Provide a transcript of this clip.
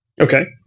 Okay